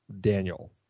Daniel